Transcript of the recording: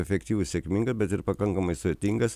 efektyvu sėkminga bet ir pakankamai sudėtingas